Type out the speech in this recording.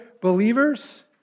believers